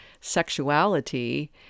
sexuality